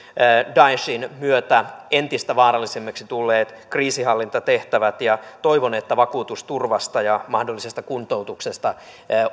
daeshin myötä entistä vaarallisemmiksi tulleet kriisinhallintatehtävät ja toivon että vakuutusturvasta ja mahdollisesta kuntoutuksesta